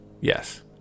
yes